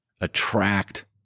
attract